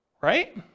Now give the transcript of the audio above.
right